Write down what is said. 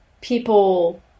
people